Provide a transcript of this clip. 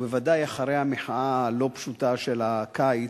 ובוודאי אחרי המחאה הלא-פשוטה של הקיץ,